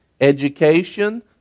education